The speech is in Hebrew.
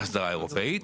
תחשוב גבוה יותר,